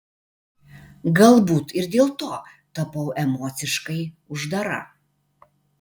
galbūt ir dėl to tapau emociškai uždara